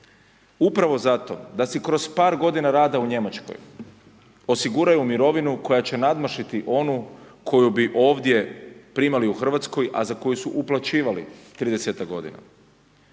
zato da si kroz par godina rada u Njemačkoj osiguraju mirovinu koja će nadmašiti onu koju bi ovdje primali u Hrvatskoj a za koju su uplaćivali 30-ak godina.